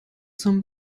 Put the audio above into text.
zum